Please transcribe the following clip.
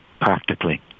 practically